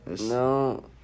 No